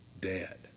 dead